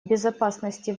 безопасности